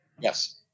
Yes